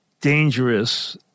dangerous